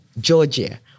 Georgia